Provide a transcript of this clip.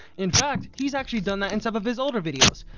in fact, he's actually done that in some of his older videos,